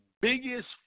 biggest